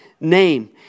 name